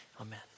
Amen